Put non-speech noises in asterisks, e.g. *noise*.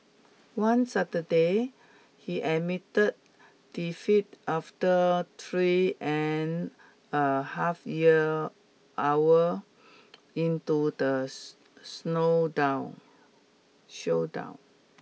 one Saturday he admitted defeat after three and a half year hour into the *unintelligible* slow down showdown